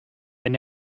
wenn